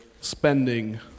spending